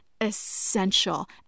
essential